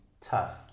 tough